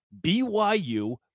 BYU